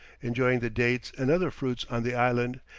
enjoying the dates and other fruits on the island,